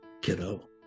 kiddo